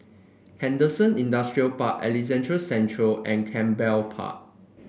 Henderson Industrial Park Alexandra Central and Canberra Park